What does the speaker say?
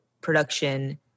production